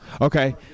Okay